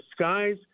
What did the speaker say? skies